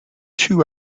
two